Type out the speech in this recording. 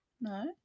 No